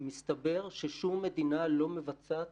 מסתבר ששום מדינה לא מבצעת,